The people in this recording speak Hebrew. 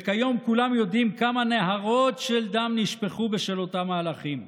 וכיום כולם יודעים כמה נהרות של דם נשפכו בשל אותם מהלכים.